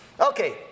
Okay